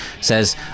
Says